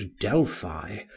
Delphi